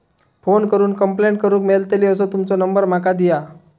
Phone करून complaint करूक मेलतली असो तुमचो नंबर माका दिया?